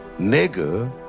nigger